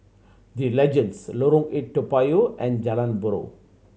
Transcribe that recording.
The Legends Lorong Eight Toa Payoh and Jalan Buroh